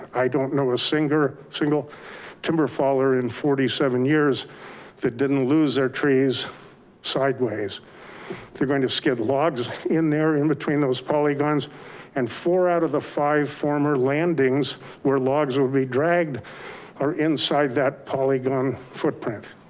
i don't know a single single timber feller in forty seven years that didn't lose their trees sideways. they're going to skid logs in there in between those polygons and four out of the five former landings where logs will be dragged are inside that polygon footprint.